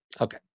Okay